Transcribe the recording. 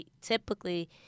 typically